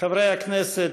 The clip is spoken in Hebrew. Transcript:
ההצבעה.